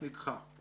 נדחה.